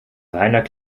reiner